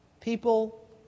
People